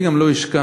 אני גם לא אשכח,